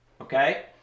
okay